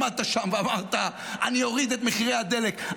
עמדת שם ואמרת: אני אוריד את מחירי הדלק,